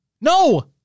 No